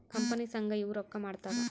company ಸಂಘ ಇವು ರೊಕ್ಕ ಮಾಡ್ತಾವ